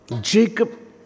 Jacob